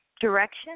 direction